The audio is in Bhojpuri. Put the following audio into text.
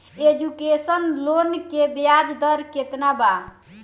एजुकेशन लोन के ब्याज दर केतना बा?